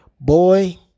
boy